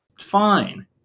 fine